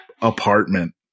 apartment